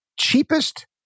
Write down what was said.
cheapest